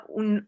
un